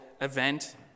event